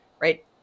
Right